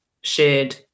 shared